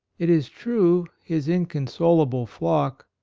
it is true his inconsolable flock,